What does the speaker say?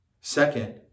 Second